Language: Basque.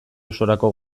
osorako